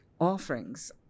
offerings